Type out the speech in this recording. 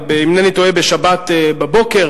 אם אינני טועה בשבת בבוקר,